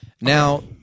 Now